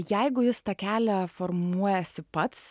jeigu jis tą kelią formuojasi pats